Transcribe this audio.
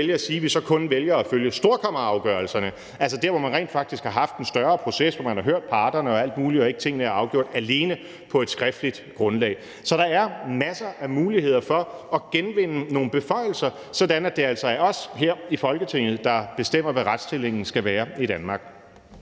at sige, at vi så vælger kun at følge storkammerafgørelserne, altså der, hvor man rent faktisk har haft en større proces, hvor man har hørt parterne og alt muligt, og hvor tingene ikke er afgjort alene på et skriftligt grundlag. Så der er masser af muligheder for at genvinde nogle beføjelser, sådan at det altså er os her i Folketinget, der bestemmer, hvad retsstillingen skal være i Danmark.